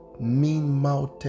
mean-mouthed